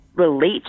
relate